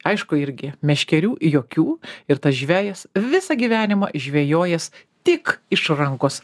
aišku irgi meškerių jokių ir tas žvejas visą gyvenimą žvejojęs tik iš rankos